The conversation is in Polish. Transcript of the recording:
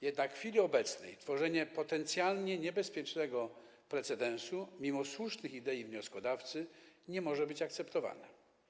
Jednak w chwili obecnej tworzenie potencjalnie niebezpiecznego precedensu - mimo słusznych idei wnioskodawcy - nie może być akceptowane.